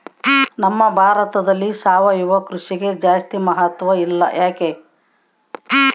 ನಮ್ಮ ಭಾರತದಲ್ಲಿ ಸಾವಯವ ಕೃಷಿಗೆ ಜಾಸ್ತಿ ಮಹತ್ವ ಇಲ್ಲ ಯಾಕೆ?